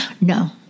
No